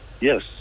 Yes